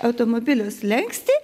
automobilio slenkstį